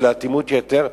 אלא אטימות יתר,